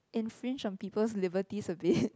infringe of people leaver dis a bit